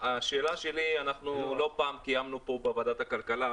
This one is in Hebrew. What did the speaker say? אנחנו לא פעם קיימנו פה בוועדת הכלכלה